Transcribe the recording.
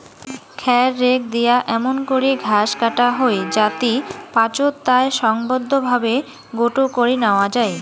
খ্যার রেক দিয়া এমুন করি ঘাস কাটা হই যাতি পাচোত তায় সংঘবদ্ধভাবে গোটো করি ন্যাওয়া যাই